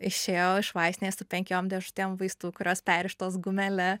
išėjau iš vaistinės su penkiom dėžutėm vaistų kuriuos perrištos gumele